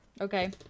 Okay